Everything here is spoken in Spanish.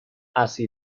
así